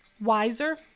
wiser